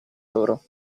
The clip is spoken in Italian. loro